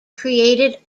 created